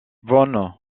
von